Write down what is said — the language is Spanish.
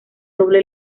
doble